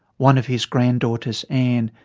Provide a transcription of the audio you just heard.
one of his granddaughters anne,